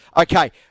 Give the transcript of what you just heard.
Okay